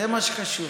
זה מה שחשוב.